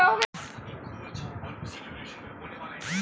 stockbroker का प्रथम लिखित उल्लेख एम्स्टर्डम में मिलता है